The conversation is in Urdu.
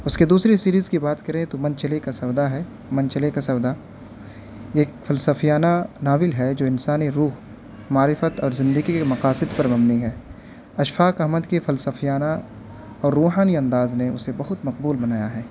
اس کے دوسری سیریز کی بات کریں تو منچلے کا سودا ہے منچلے کا سودا یہ ایک فلسفیانہ ناول ہے جو انسانی روح معرفت اور زندگی کے مقاصد پر مبنی ہے اشفاق احمد کے فلسفیانہ اور روحانی انداز نے اسے بہت مقبول بنایا ہے